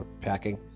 packing